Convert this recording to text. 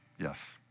Yes